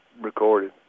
recorded